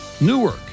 Newark